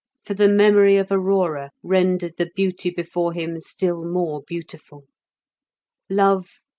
for the memory of aurora rendered the beauty before him still more beautiful love,